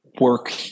work